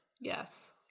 Yes